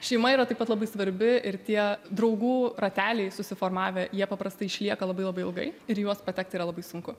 šeima yra taip pat labai svarbi ir tie draugų rateliai susiformavę jie paprastai išlieka labai labai ilgai ir į juos patekti yra labai sunku